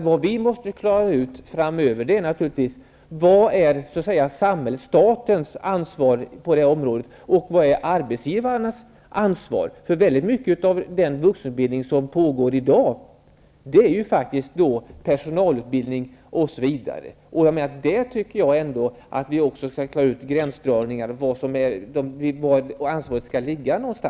Vi måste framöver klara ut vilket ansvar samhället och staten har på detta område och vilket ansvar arbetsgivarna har. Mycket av den vuxenutbildning osm sker i dag utgörs av t.ex. personalutbildning. Jag tycker att vi måste klara ut gränsdragningen var ansvaret skall ligga.